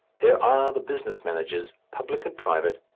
there are the business managers, public and private,